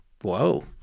Whoa